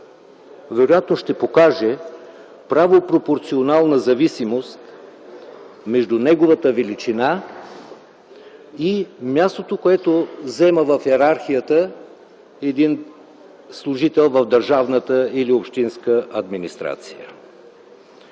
вероятно ще покаже правопропорционална зависимост между неговата величина и мястото, което заема в йерархията един служител в държавната или общинска администрация.